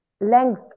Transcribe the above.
length